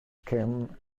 came